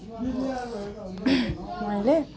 मैले